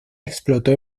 explotó